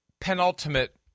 penultimate